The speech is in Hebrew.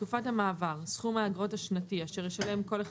בתקופת המעבר סכום האגרות השנתי אשר ישלם כל אחד